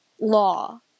law